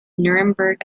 nuremberg